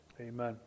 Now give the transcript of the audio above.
Amen